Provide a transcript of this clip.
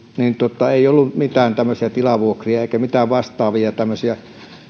ei ollut mitään tämmöisiä tilavuokria eikä mitään vastaavia tämmöisiä